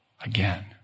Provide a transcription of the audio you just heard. again